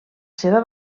seva